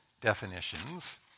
definitions